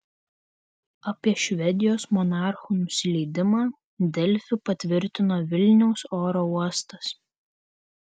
apie švedijos monarchų nusileidimą delfi patvirtino vilniaus oro uostas